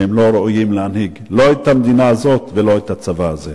כשהם לא ראויים להנהיג לא את המדינה הזאת ולא את הצבא הזה.